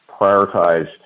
prioritized